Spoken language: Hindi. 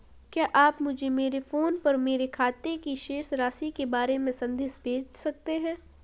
क्या आप मुझे मेरे फ़ोन पर मेरे खाते की शेष राशि के बारे में संदेश भेज सकते हैं?